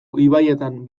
ibaietan